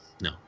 no